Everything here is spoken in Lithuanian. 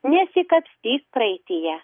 nesikapstyk praeityje